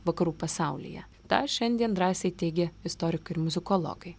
vakarų pasaulyje tą šiandien drąsiai teigia istorikai ir muzikologai